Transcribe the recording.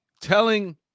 telling